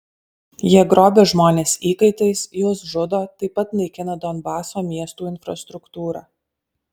jie grobia žmones įkaitais juos žudo taip pat naikina donbaso miestų infrastruktūrą